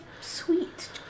sweet